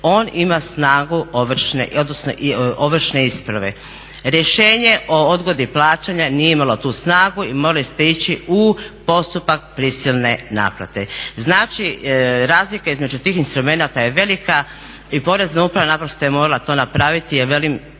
on ima snagu ovršne isprave. Rješenje o odgodi plaćanja nije imalo tu snagu i morali ste ići u postupak prisilne naplate. Znači razlika između tih instrumenata je velika i porezna uprava naprosto je morala to napraviti